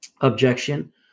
objection